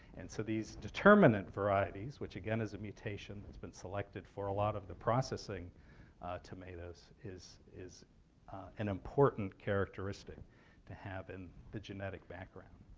and so these determinant varieties, which again is a mutation that's been selected for a lot of the processing tomatoes, is is an important characteristic to have in the genetic background.